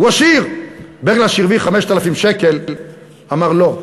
הוא עשיר, ברגלס, שהרוויח 5,000 שקל, אמר: לא.